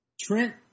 Trent